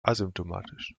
asymptomatisch